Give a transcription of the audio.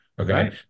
Okay